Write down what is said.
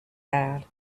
had